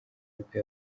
nibwo